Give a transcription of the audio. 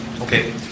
Okay